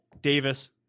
Davis